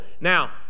Now